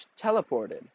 teleported